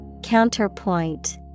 Counterpoint